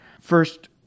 First